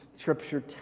scripture